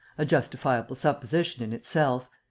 a justifiable supposition in itself.